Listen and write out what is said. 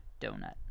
Donut